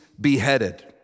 beheaded